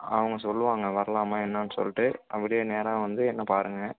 அவங்க சொல்லுவாங்க வரலாமா என்னனு சொல்லிவிட்டு அப்படியே நேராக வந்து என்ன பாருங்கள்